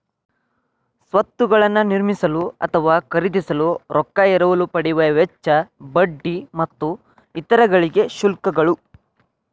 ಸ್ವತ್ತುಗಳನ್ನ ನಿರ್ಮಿಸಲು ಅಥವಾ ಖರೇದಿಸಲು ರೊಕ್ಕಾ ಎರವಲು ಪಡೆಯುವ ವೆಚ್ಚ, ಬಡ್ಡಿ ಮತ್ತು ಇತರ ಗಳಿಗೆ ಶುಲ್ಕಗಳು